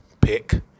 Pick